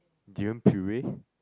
durian puree